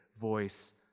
voice